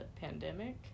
pandemic